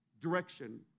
direction